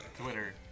twitter